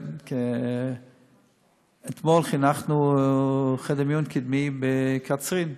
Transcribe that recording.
אתמול חנכנו חדר מיון קדמי בקצרין.